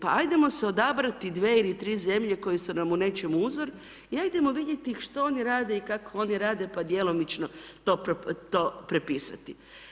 Pa 'ajdemo se odabrati dvije ili tri zemlje koje su nam u nečemu uzor, i 'ajdemo vidjeti što oni rade i kako oni rade, pa djelomično to prepisati.